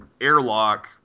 airlock